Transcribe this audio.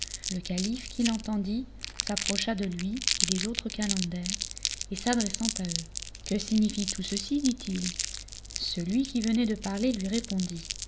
le calife qui l'entendit s'approcha de lui et des autres calenders et s'adressant à eux que signifie tout ceci dit-il celui qui venait de parler lui répondit